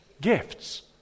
gifts